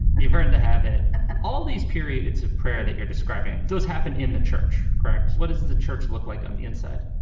you've learned to have it all these period. it's a prayer that you're describing does happen in the church. correct. what does the church look like on the inside?